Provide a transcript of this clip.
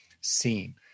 Seen